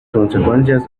consecuencias